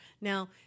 Now